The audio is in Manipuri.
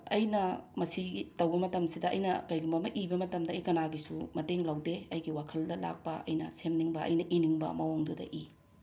ꯑꯩꯅ ꯃꯁꯤꯒꯤ ꯇꯧꯕ ꯃꯇꯝꯁꯤꯗ ꯑꯩꯅ ꯀꯩꯒꯨꯝꯕ ꯑꯃ ꯏꯕ ꯃꯇꯝꯗ ꯀꯅꯥꯒꯤꯁꯨ ꯃꯇꯦꯡ ꯂꯧꯗꯦ ꯑꯩꯒꯤ ꯋꯥꯈꯜꯗ ꯂꯥꯛꯄ ꯑꯩꯅ ꯁꯦꯝꯅꯤꯡꯕ ꯑꯩꯅ ꯏꯅꯤꯡꯕ ꯃꯑꯣꯡꯗꯨꯗ ꯏ